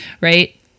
right